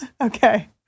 okay